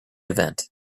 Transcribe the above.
event